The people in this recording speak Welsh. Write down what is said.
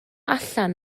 allan